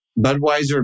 Budweiser